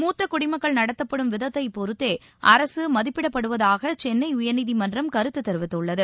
மூத்த குடிமக்கள் நடத்தப்படும் விதத்தை பொறுத்தே அரசு மதிப்பிடப்படுவதாக சென்னை உயர்நீதிமன்றம் கருத்து தெரிவித்துள்ளது